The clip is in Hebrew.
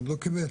לא קיבל,